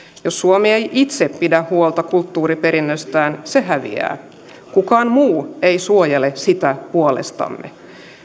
jos suomi ei itse pidä huolta kulttuuriperinnöstään se häviää kukaan muu ei suojele sitä puolestamme